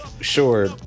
sure